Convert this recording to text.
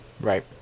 Right